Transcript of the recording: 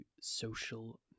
social